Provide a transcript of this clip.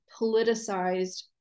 politicized